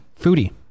Foodie